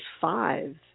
five